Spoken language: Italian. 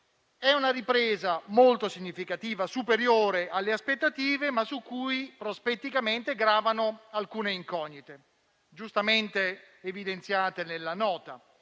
È una ripresa molto significativa, superiore alle aspettative, ma su cui prospetticamente gravano alcune incognite, giustamente evidenziate nella Nota: